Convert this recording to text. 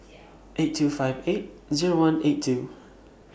eight two five eight Zero one eight two